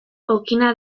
okina